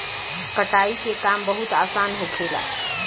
कटाई के काम बहुत आसान होखेला